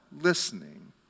listening